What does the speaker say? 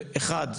שאחד,